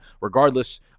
Regardless